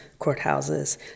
courthouses